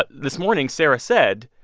but this morning, sarah said,